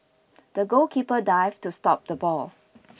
the goalkeeper dived to stop the ball